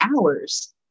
hours